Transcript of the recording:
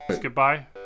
Goodbye